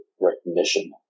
recognition